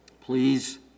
please